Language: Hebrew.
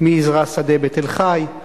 "מי יזרע שדה בתל-חי";